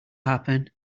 happen